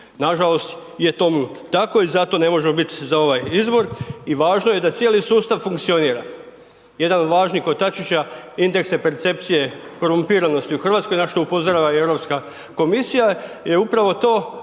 Nažalost, je tomu tako i zato ne možemo biti za ovaj izbor. I važno je da cijeli sustav funkcionira. Jedan od važnih kotačića indeksa percepcije korumpiranosti u Hrvatskoj, na što upozorava i Europska komisija je upravo to